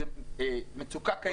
זו מצוקה קיימת.